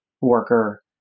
worker